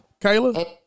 Kayla